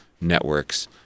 networks